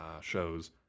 shows